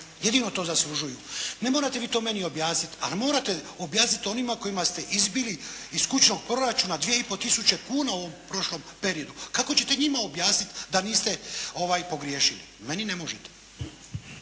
jedino to zaslužuju. Ne morate vi to meni objasniti ali morate objasniti onima kojima ste izbili iz kućnog proračuna 2,5 tisuće kuna u ovom prošlom periodu. Kako ćete njima objasniti da niste pogriješili? Meni ne možete.